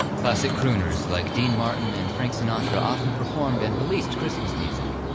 classic crooners like dean martin and frank sinatra often performed and released christmas music,